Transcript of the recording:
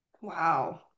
Wow